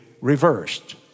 reversed